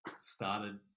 started